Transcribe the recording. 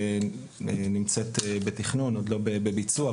שנמצאת עדיין בתכנון ולא בביצוע,